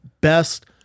best